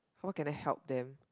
what can I help them